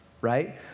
Right